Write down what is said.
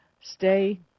stay